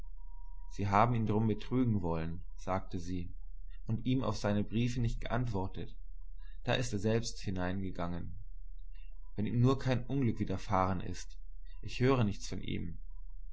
sie haben ihn drum betriegen wollen sagte sie und ihm auf seine briefe nicht geantwortet da ist er selbst hineingegangen wenn ihm nur kein unglück widerfahren ist ich höre nichts von ihm